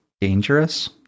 dangerous